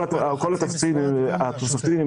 כל התקציב התוספתי,